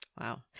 Wow